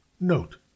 Note